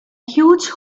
huge